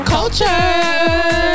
Culture